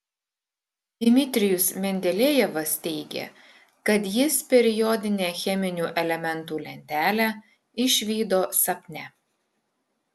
dmitrijus mendelejevas teigė kad jis periodinę cheminių elementų lentelę išvydo sapne